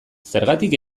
zergatik